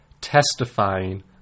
testifying